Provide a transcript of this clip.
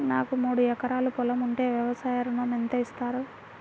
నాకు మూడు ఎకరాలు పొలం ఉంటే వ్యవసాయ ఋణం ఎంత ఇస్తారు?